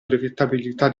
brevettabilità